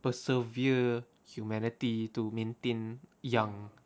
persevere humanity to maintain young